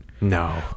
No